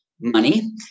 money